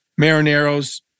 Marineros